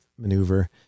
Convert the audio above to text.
maneuver